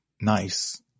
nice